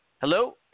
hello